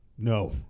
No